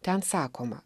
ten sakoma